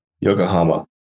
Yokohama